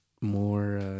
More